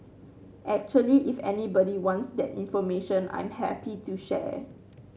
actually if anybody wants that information I'm happy to share